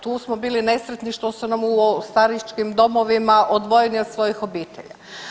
Tu smo bili nesretni što su nam u staračkim domovima odvojeni od svojih obitelji.